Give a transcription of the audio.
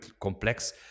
complex